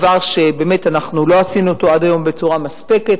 דבר שלא עשינו אותו עד היום בצורה מספקת.